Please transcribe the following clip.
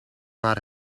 naar